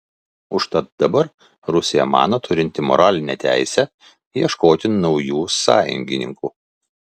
užtat dabar rusija mano turinti moralinę teisę ieškoti naujų sąjungininkų